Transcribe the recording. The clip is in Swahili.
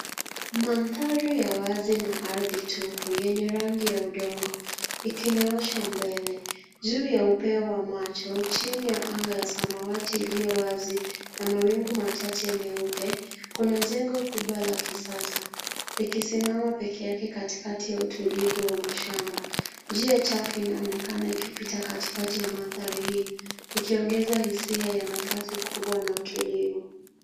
Mandhari ya wazi na ardhi tupu yenye rangi ya udongo ikinyoosha mbele. Juu ya upeo wa macho, chini ya anga ya samawati iliyo wazi na mawingu machache meupe, kuna jengo kubwa la kisasa, likisimama pekee yake katikati ya utulivu ya mashamba. Njia chafu inaonekana ikipita katikati ya mandhari hii ikiongeza hisia ya nafasi kubwa na utulivu.